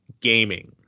gaming